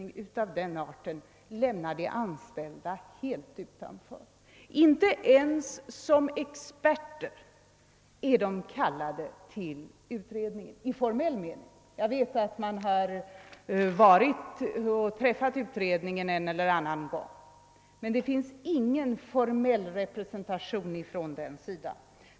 Inte ens som experter har företrädare för dessa blivit kallade till utredningen i formell mening. Jag vet att representanter för de anställda en eller annan gång sammanträffat med utredningen, men det finns där inte någon formell representation från detta håll.